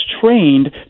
trained